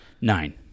Nine